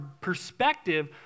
perspective